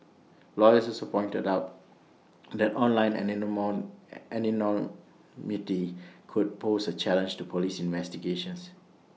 lawyers also pointed out that online any no more anonymity could pose A challenge to Police investigations